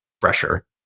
fresher